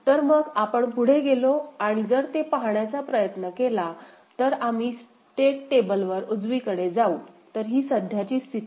तर मग आपण पुढे गेलो आणि जर ते पाहण्याचा प्रयत्न केला तर आम्ही स्टेट टेबलवर उजवीकडे जाऊ तर ही सध्याची स्थिती आहे